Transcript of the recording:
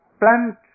plant